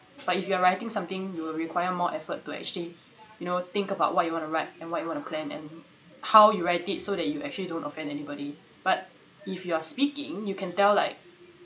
but if you are writing something you will require more effort to actually you know think about what you want to write and what you want to plan and how you write it so that you actually don't offend anybody but if you are speaking you can tell like